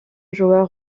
joueur